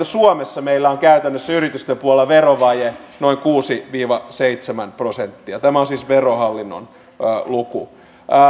suomessa meillä on käytännössä yritysten puolella verovaje noin kuusi viiva seitsemän prosenttia tämä on siis verohallinnon luku